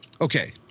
Okay